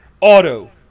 auto